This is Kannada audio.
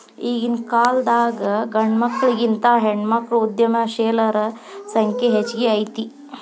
ಈಗಿನ್ಕಾಲದಾಗ್ ಗಂಡ್ಮಕ್ಳಿಗಿಂತಾ ಹೆಣ್ಮಕ್ಳ ಉದ್ಯಮಶೇಲರ ಸಂಖ್ಯೆ ಹೆಚ್ಗಿ ಐತಿ